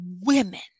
women